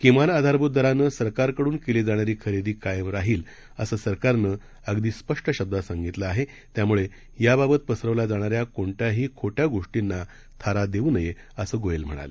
किमान आधारभूत दरानं सरकारकडून केली जाणारी खरेदी कायम राहील असं सरकारनं अगदी स्पष्ट शब्दात सांगितलेलं आहे त्यामुळे याबाबत पसरवल्या जाणाऱ्या कोणत्याही खोट्या गोष्टींना थारा देऊ नये असं गोयल म्हणाले